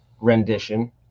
rendition